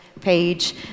page